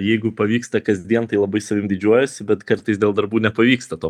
jeigu pavyksta kasdien tai labai savim didžiuojuosi bet kartais dėl darbų nepavyksta to